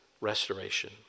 restoration